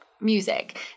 music